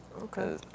Okay